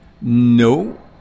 No